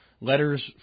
Letters